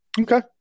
Okay